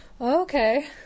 okay